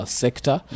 sector